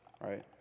right